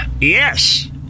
Yes